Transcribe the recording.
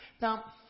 Now